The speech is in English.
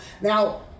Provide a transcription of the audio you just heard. now